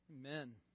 Amen